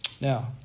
Now